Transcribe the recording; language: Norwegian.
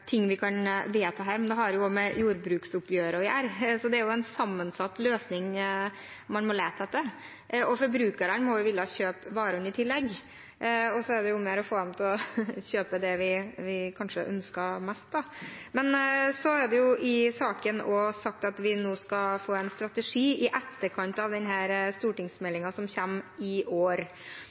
en sammensatt løsning man må lete etter, og forbrukerne må i tillegg ville kjøpe varene. Så er det om å gjøre å få dem til å kjøpe det vi kanskje ønsker mest. I denne saken er det også sagt at vi skal få en strategi i etterkant av denne stortingsmeldingen som kommer – i år.